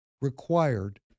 required